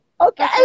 Okay